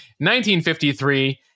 1953